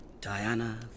Diana